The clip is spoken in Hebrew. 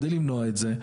כדי למנוע את זה,